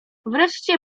wreszcie